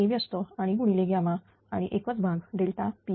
A व्यस्त आणि गुणिले ୮ आणि एकच भाग pL